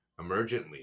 emergently